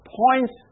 points